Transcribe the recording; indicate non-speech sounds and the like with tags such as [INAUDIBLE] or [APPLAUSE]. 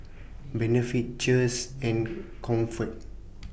Benefit Cheers and Comfort [NOISE]